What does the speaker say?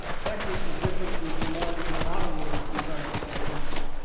and texas is different from vermont in a lot of ways, besides the death penalty.